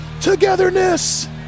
Togetherness